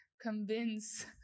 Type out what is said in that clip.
convince